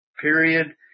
period